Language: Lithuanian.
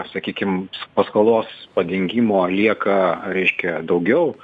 sakykim paskolos padengimo lieka reiškia daugiau